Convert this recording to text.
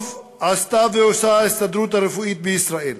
טוב עשתה ועושה ההסתדרות הרפואית בישראל,